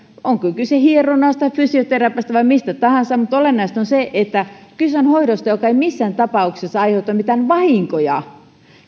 olkoon kyse hieronnasta fysioterapiasta tai mistä tahansa niin olennaista on se että kyse on hoidosta joka ei missään tapauksessa aiheuta mitään vahinkoja